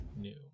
New